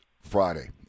Friday